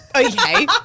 Okay